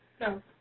No